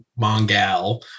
mongal